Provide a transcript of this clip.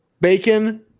Bacon